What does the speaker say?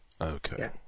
Okay